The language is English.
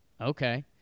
okay